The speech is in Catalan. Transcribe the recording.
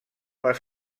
les